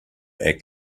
act